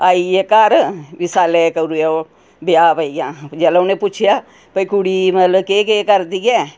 आई गे घर फ्ही सालै च ब्याह पेई गेआ जेल्लै उ'नें पुच्छेआ कि कुड़ी मतलब केह् केह् करदी ऐ